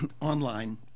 online